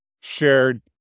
shared